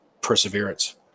perseverance